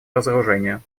разоружению